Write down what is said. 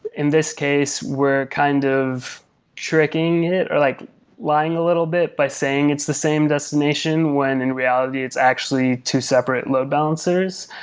in this case, we're kind of shrieking it, or like lying a little bit by saying it's the same destination, when in reality it's actually two separate load balances,